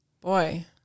Boy